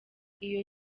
iyo